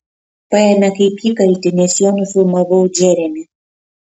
paėmė kaip įkaltį nes juo nufilmavau džeremį